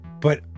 but-